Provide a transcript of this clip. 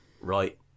right